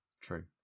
True